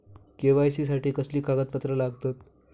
KYC साठी कसली कागदपत्र लागतत?